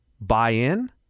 Buy-in